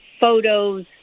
photos